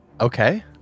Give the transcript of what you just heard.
Okay